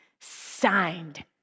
signed